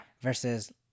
versus